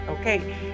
okay